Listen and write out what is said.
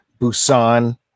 busan